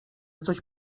coś